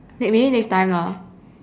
maybe next time lah